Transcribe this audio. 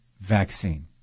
vaccine